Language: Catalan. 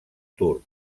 turc